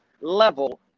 level